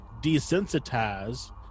desensitize